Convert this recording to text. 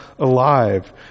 alive